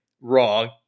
wrong